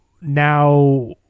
now